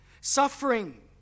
Suffering